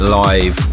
live